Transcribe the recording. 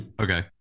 Okay